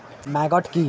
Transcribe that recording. Maggot কি?